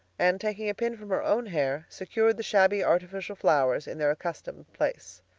and taking a pin from her own hair, secured the shabby artificial flowers in their accustomed place.